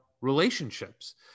relationships